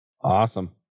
awesome